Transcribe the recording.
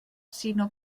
sinó